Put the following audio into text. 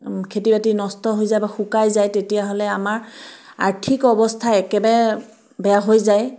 খেতি বাতি নষ্ট হৈ যায় বা শুকাই যায় তেতিয়াহ'লে আমাৰ আৰ্থিক অৱস্থা একেবাৰে বেয়া হৈ যায়